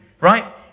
right